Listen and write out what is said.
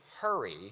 hurry